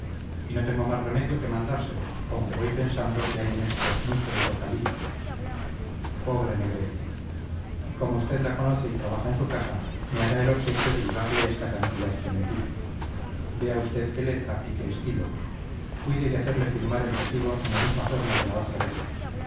y no tengo más remedio que mandárselo aunque voy pensando que hay en esto mucho de socaliña pobre negretti como usted la conoce y trabaja en su casa me hará el obsequio de llevarle esta cantidad que me pide vea usted qué letra y qué estilo cuide de hacerle firmar el recibo en la misma forma de la otra vez